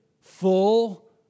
full